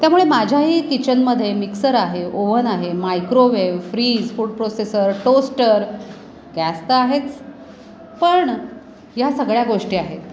त्यामुळे माझ्याही किचनमध्ये मिक्सर आहे ओवन आहे microwave fridge food processor toaster gas तर आहेच पण ह्या सगळ्या गोष्टी आहेत